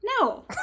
No